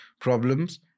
problems